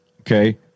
Okay